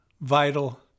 vital